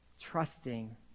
trusting